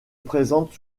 présente